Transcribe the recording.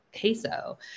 queso